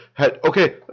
Okay